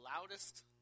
loudest